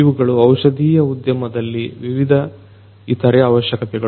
ಇವುಗಳು ಔಷಧಿಯ ಉದ್ಯಮದಲ್ಲಿ ವಿವಿಧ ಇತರೆ ಅವಶ್ಯಕತೆಗಳು